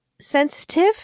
sensitive